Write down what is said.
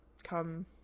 come